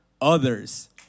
others